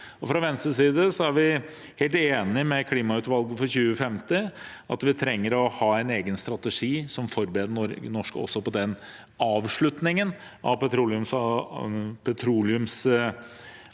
Fra Venstres side er vi helt enig med klimautvalget for 2050 om at vi trenger å ha en egen strategi som forbereder Norge på avslutningen av petroleumsalderen